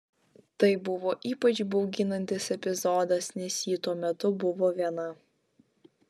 tai buvo ypač bauginantis epizodas nes ji tuo metu buvo viena